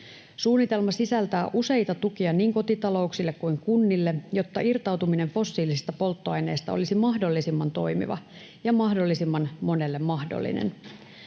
Suunnitelma sisältää useita tukia niin kotitalouksille kuin kunnille, jotta irtautuminen fossiilisista polttoaineista olisi mahdollisimman toimiva ja mahdollisimman monelle mahdollinen.